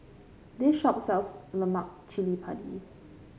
this shop sells Lemak Cili Padi